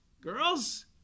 Girls